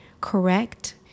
correct